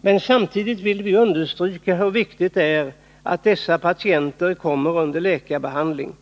Men samtidigt vill vi understryka hur viktigt det är att de människor det gäller kommer under läkarbehandling.